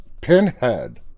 pinhead